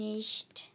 Nicht